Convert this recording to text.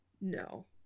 No